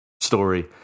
story